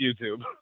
youtube